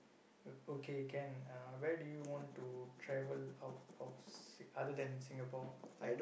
o~ okay can uh where do you want to travel out of S~ other than Singapore like